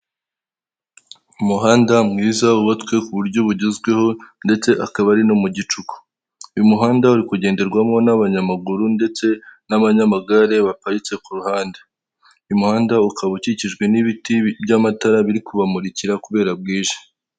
Umuhanda mwiza wubatswe ku buryo bugezweho ndetse akaba ari no mu gicuku uyu muhanda uri kugenderwamo n'abanyamaguru ndetse n'abanyamagare baparitse ku ruhande muhanda ukaba ukikijwe n'ibiti by'amatara biri kubamurikira kubera bwije.